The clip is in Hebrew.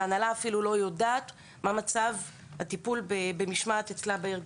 שההנהלה אפילו לא יודעת מה מצב הטיפול במשמעת אצלה בארגון.